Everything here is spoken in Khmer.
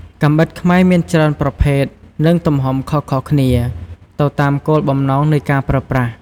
កាំបិតខ្មែរមានច្រើនប្រភេទ និងទំហំខុសៗគ្នា ទៅតាមគោលបំណងនៃការប្រើប្រាស់។